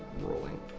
rolling